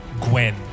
Gwen